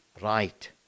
right